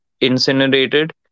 incinerated